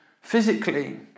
physically